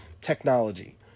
technology